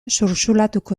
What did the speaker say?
xuxurlatuko